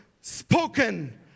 spoken